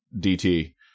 DT